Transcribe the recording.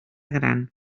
gran